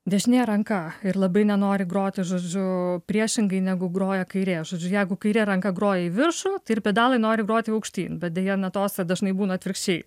dešinė ranka ir labai nenori groti žodžiu priešingai negu groja kairė žodžiu jeigu kaire ranka groja į viršų tai ir pedalai nori groti aukštyn bet deja natose dažnai būna atvirkščiai